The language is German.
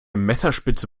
messerspitze